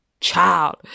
child